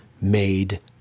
made